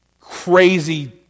crazy